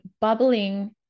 bubbling